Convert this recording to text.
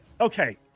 Okay